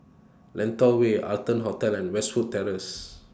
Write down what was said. Lentor Way Arton Hotel and Westwood Terrace